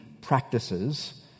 practices